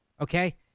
okay